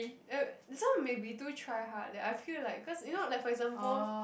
eh this one may be too try hard that I feel like cause you know like for example